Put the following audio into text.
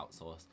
outsource